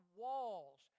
Walls